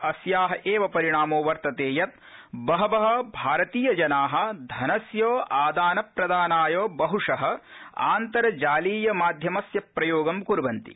अस्या ि परिणामो वर्तते यत् बहव भारतीय जना धनस्य आदान प्रदानाय बहुश आन्तर्जालीय माध्यमस्य प्रयोगं कुर्वन्ति